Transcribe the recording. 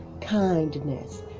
kindness